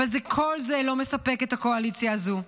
וכל זה לא מספק את הקואליציה הזו.